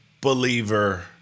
believer